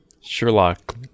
Sherlock